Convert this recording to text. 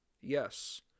Yes